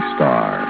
Star